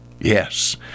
Yes